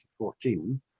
2014